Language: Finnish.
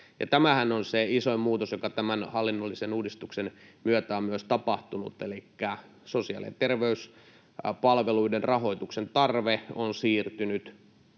Tämähän on se isoin muutos, joka tämän hallinnollisen uudistuksen myötä on myös tapahtunut, elikkä sosiaali- ja terveyspalveluiden rahoituksen tarpeen paine on siirtynyt